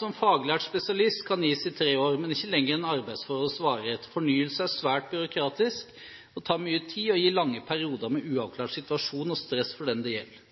som faglært/spesialist kan gis i tre år, men ikke lenger enn arbeidsforholdets varighet. Fornyelse er en svært byråkratisk prosess som tar mye tid, og gir lange perioder med uavklart situasjon og stress for den det gjelder.